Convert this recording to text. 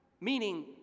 Meaning